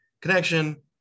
connection